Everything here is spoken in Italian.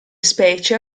specie